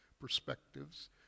Perspectives